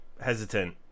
hesitant